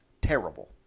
Terrible